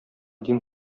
дин